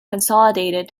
consolidated